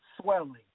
swelling